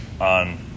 on